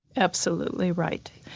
absolutely right.